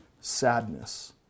sadness